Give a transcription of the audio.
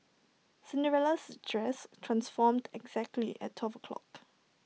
Cinderella's dress transformed exactly at twelve o' clock